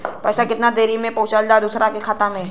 पैसा कितना देरी मे पहुंचयला दोसरा के खाता मे?